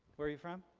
where you from?